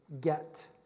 get